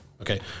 okay